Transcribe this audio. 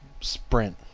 Sprint